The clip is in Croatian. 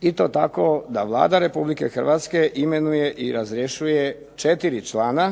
i to tako da Vlada Republike Hrvatske imenuje i razrješuje četiri člana